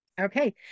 Okay